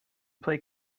play